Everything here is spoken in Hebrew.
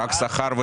רק שכר?